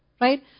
right